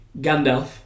Gandalf